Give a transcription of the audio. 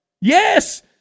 Yes